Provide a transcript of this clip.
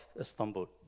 Istanbul